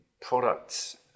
products